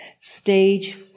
Stage